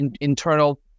internal